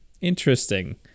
interesting